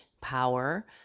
power